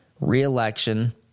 re-election